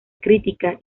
crítica